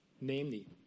namely